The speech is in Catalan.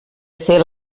ser